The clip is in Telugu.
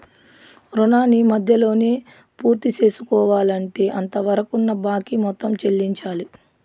రుణాన్ని మధ్యలోనే పూర్తిసేసుకోవాలంటే అంతవరకున్న బాకీ మొత్తం చెల్లించాలి